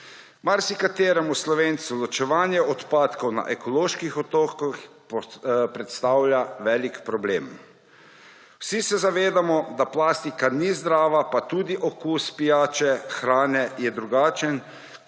Marsikateremu Slovencu ločevanje odpadkov na ekoloških otokih predstavlja velik problem. Vsi se zavedamo, da plastika ni zdrava, pa tudi okus pijače, hrane je drugačen,